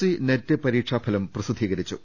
C NET പരീക്ഷാഫലം പ്രസിദ്ധീകരിച്ചു